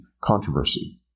controversy